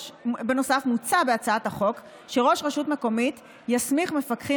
מוצע בהצעת החוק שראש רשות מקומית יסמיך מפקחים,